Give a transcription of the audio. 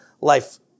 life